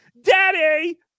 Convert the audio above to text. Daddy